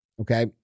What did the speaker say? Okay